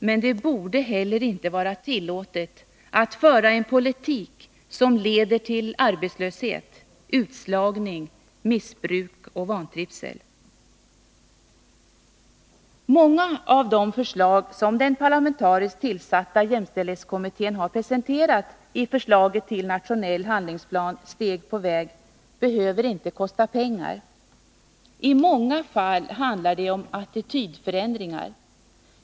Men det borde heller inte vara tillåtet att föra en politik som leder till arbetslöshet, utslagning, missbruk och vantrivsel. Många av de förslag som den parlamentariskt tillsatta jämställdhetskommittén har presenterat i förslaget till nationell handlingsplan, Steg på väg, behöver inte kosta pengar. I många fall handlar det om attitydförändringar.